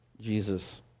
Jesus